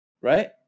Right